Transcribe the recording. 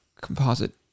composite